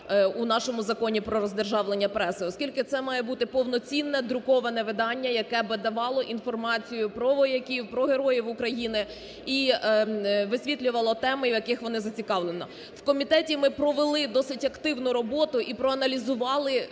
у нашому Законі про роздержавлення преси, оскільки це має бути повноцінне друковане видання, яке би давало інформацію про вояків, про героїв України і висвітлювало теми, в яких воно зацікавлено. В комітеті ми провели досить активну роботу і проаналізували